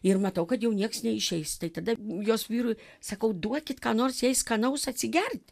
ir matau kad jau nieks neišeis tai tada jos vyrui sakau duokit ką nors jai skanaus atsigerti